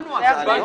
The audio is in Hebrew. הצבענו על זה.